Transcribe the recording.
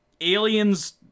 Aliens